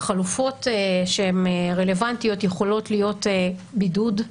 החלופות שהן רלוונטיות יכולות להיות בידוד,